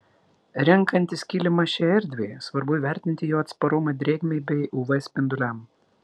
renkantis kilimą šiai erdvei svarbu įvertinti jo atsparumą drėgmei bei uv spinduliams